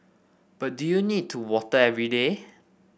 but do you need to water every day